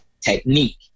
technique